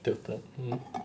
tilted